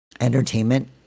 Entertainment